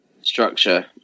structure